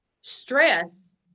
stress